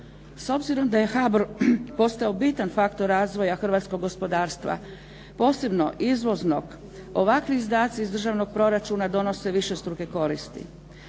S obzirom da je HBOR postao bitan faktor razvoja hrvatskog gospodarstva posebno izvoznog ovakvi izdaci iz državnog proračuna donose višestruke koristi.